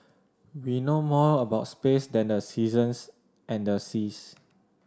we know more about space than the seasons and the seas